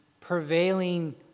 prevailing